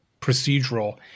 procedural